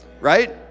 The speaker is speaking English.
Right